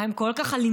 מה, הם כל כך אלימים?